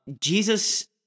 Jesus